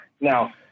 Now